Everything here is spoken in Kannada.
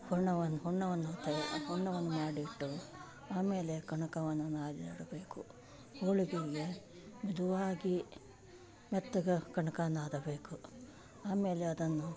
ಹೂರ್ಣವನ್ನ ಹೂರ್ಣವನ್ನು ತೇ ಹೂರ್ಣವನ್ನು ಮಾಡಿಟ್ಟು ಆಮೇಲೆ ಕನಕವನ್ನು ನಾದಿಡಬೇಕು ಹೋಳಿಗೆಗೆ ಮೃದುವಾಗಿ ಮೆತ್ತಗೆ ಕನಕ ನಾದಬೇಕು ಆಮೇಲೆ ಅದನ್ನು